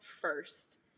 first